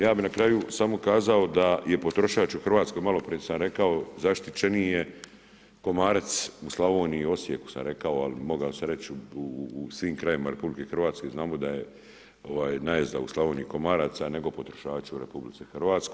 Ja bi na kraju samo kazao da je potrošač u Hrvatskoj, maloprije sam rekao, zaštićenije komarac u Slavoniji i Osijeku sam rekao, ali mogao sam reći u svim krajevima RH, znamo da je najezda u Slavoniji komaraca nego potrošača u RH.